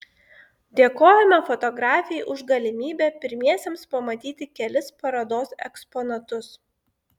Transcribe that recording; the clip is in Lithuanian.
dėkojame fotografei už galimybę pirmiesiems pamatyti kelis parodos eksponatus